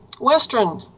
Western